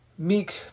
Meek